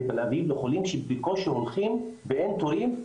לתל-אביב לחולים שבקושי הולכים ואין תורים,